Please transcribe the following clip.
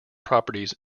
properties